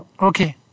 Okay